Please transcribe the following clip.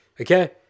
Okay